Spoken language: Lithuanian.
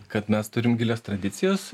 kad mes turim gilias tradicijas